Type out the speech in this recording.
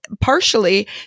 partially